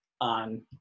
on